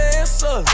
answer